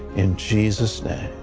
in jesus' name.